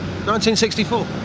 1964